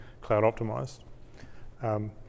cloud-optimized